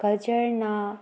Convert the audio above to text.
ꯀꯜꯆꯔꯅ